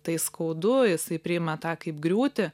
tai skaudu jisai priima tą kaip griūtį